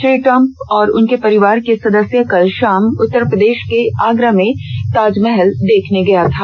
Shri Trump और उनके परिवार के सदस्य कल शाम उत्तर प्रदेश के आगरा में ताजमहल देखने गये